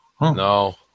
No